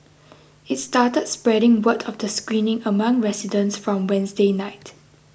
it started spreading word of the screening among residents from Wednesday night